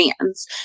fans